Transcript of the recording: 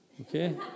okay